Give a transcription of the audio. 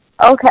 Okay